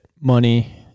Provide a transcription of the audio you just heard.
money